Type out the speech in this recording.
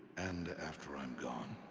and after i'm gone.